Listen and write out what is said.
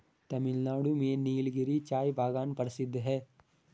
तमिलनाडु में नीलगिरी चाय बागान प्रसिद्ध है